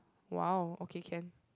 !wow! okay can